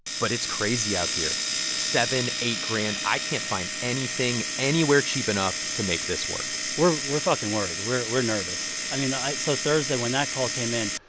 but it's crazy out here seven, eight grand. i can't find anything anywhere cheap enough to make this work we're we're fucking worried. we're we're nervous. i mean, so thursday when that call came in,